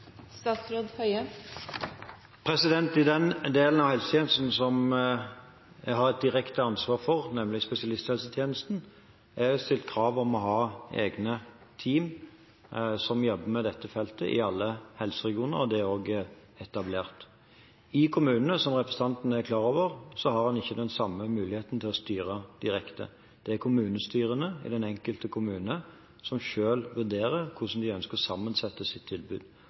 I den delen av helsetjenesten som jeg har et direkte ansvar for, nemlig spesialisthelsetjenesten, er det stilt krav om å ha egne team som jobber med dette feltet i alle helseregionene, og det er også etablert. I kommunene, som representanten er klar over, har en ikke den samme muligheten til å styre direkte. Det er kommunestyret i den enkelte kommune som selv vurderer hvordan de ønsker å sette sammen sitt tilbud.